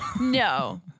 No